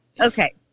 Okay